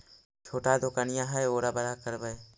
छोटा दोकनिया है ओरा बड़ा करवै?